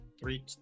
three